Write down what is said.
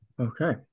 Okay